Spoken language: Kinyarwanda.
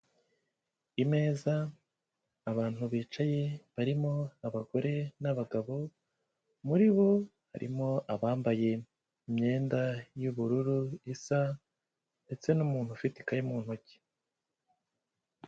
Imeza, abantu bicaye barimo abagore n'abagabo, muri bo harimo abambaye imyenda y'ubururu isa ndetse n'umuntu ufite ikaye mu ntoki.